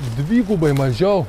dvigubai mažiau